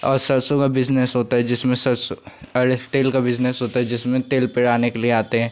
और सरसों का बिज़नेस होता है जिसमें सरसों और तेल का बिज़नेस होता है जिसमें तेल पेराने के लिए आते हैं